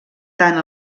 tant